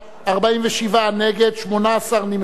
47 נגד, 18 נמנעים.